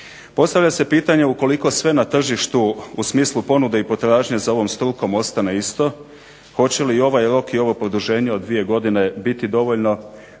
Postavlja se pitanje ukoliko sve na tržištu u smislu ponude i potražnje za ovom strukom ostane isto hoće li ovaj rok i ovo produženje od dvije godine biti dovoljno